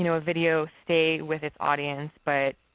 you know a video stay with its audience, but